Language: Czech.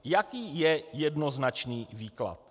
Jaký je jednoznačný výklad?